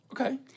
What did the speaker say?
Okay